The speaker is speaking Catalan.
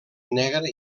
negre